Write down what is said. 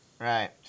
Right